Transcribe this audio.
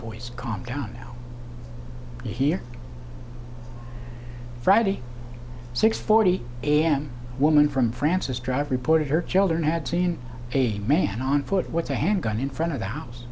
boys calmed down now here friday six forty am woman from francis drive reported her children had seen a man on foot with a handgun in front of the house